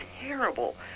terrible